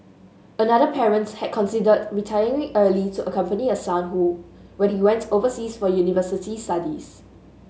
another parents had considered retiring early to accompany her son who when he went overseas for university studies